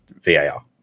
VAR